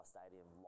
Stadium